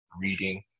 reading